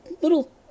little